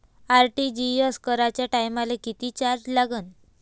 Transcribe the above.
RTGS कराच्या टायमाले किती चार्ज लागन?